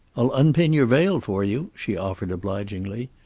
i'll unpin your veil for you, she offered, obligingly.